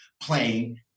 playing